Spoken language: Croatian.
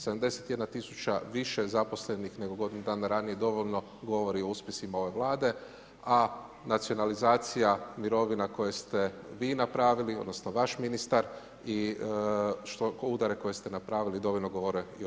71 000 više zaposlenih nego godinu dana ranije dovoljno govori o uspjesima ove Vlade, a nacionalizacija mirovina koje ste vi napravili, odnosno vaš ministar i udare koje ste napravili dovoljno govore i o vašem radu.